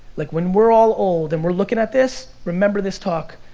like when we're all old and we're lookin' at this, remember this talk.